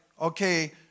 okay